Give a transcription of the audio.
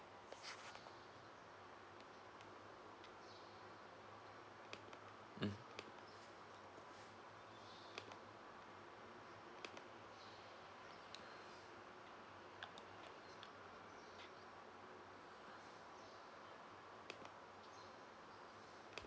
mm